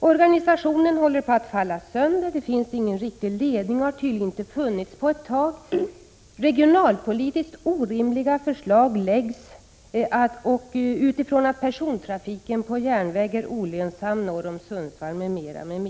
Organisationen håller på att falla sönder, det finns ingen riktig ledning och har tydligen inte funnits på ett tag, regionalpolitiskt orimliga förslag läggs fram på grund av att persontrafiken på järnväg är olönsam norr om Sundsvall m.m.